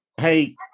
Hey